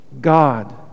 God